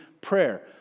prayer